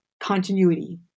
continuity